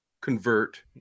convert